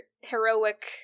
heroic